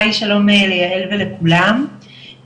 היי שלום ליעל ולכולם,